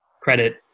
credit